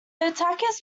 attackers